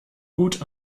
gut